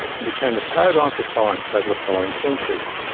and became the paradigm for science over the following centuries.